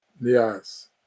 Yes